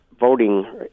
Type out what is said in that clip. voting